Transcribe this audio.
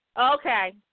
Okay